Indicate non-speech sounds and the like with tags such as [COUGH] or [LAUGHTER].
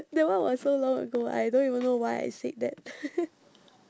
that one was so long ago I don't even know why I said that [NOISE]